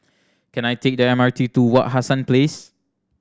can I take the M R T to Wak Hassan Place